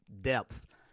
depth